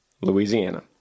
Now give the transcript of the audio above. Louisiana